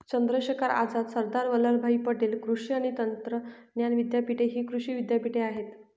चंद्रशेखर आझाद, सरदार वल्लभभाई पटेल कृषी आणि तंत्रज्ञान विद्यापीठ हि कृषी विद्यापीठे आहेत